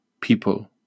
people